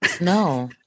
No